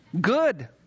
Good